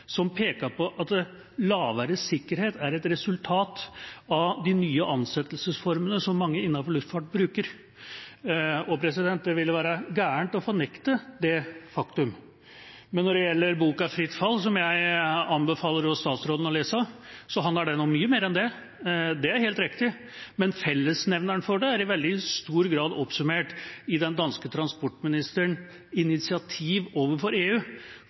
som peker på at lavere sikkerhet er et resultat av de nye ansettelsesformene som mange innenfor luftfart bruker. Det ville være gærent å fornekte det faktum. Når det gjelder boka «Fritt fall», som jeg anbefaler også statsråden å lese, handler den om mye mer enn det – det er helt riktig. Men fellesnevneren for det er i veldig stor grad oppsummert i den danske transportministerens initiativ overfor EU